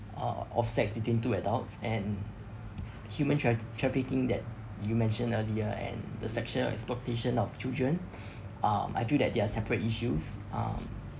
or of sex between two adults and human trafficking that you mentioned earlier and the sexual exploitation of children uh I feel that they are separate issues um